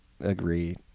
agree